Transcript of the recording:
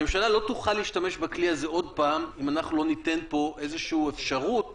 הממשלה לא תוכל להשתמש בכלי הזה עוד פעם אם לא ניתן פה איזושהי אפשרות